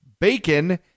bacon